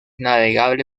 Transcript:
navegable